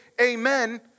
amen